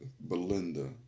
Belinda